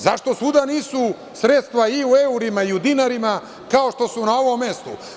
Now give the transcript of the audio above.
Zašto svuda nisu sredstva i u eurima i dinarima kao što su na ovom mestu?